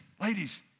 ladies